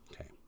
Okay